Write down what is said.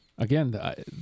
Again